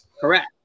Correct